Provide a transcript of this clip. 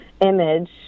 image